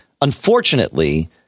Unfortunately